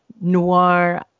noir